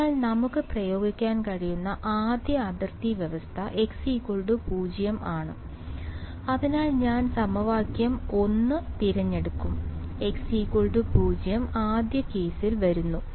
അതിനാൽ നമുക്ക് പ്രയോഗിക്കാൻ കഴിയുന്ന ആദ്യ അതിർത്തി വ്യവസ്ഥ x0 ആണ് അതിനാൽ ഞാൻ സമവാക്യം 1 തിരഞ്ഞെടുക്കും x0 ആദ്യ കേസിൽ വരുന്നു